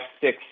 six